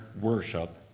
worship